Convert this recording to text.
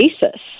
basis